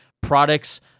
products